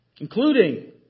including